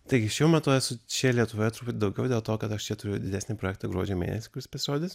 taigi šiuo metu esu čia lietuvoje daugiau dėl to kad aš čia turiu didesnį projektą gruodžio mėnesį kuris pasirodys